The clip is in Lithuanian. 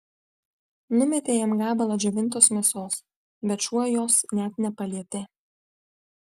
numetė jam gabalą džiovintos mėsos bet šuo jos net nepalietė